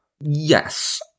Yes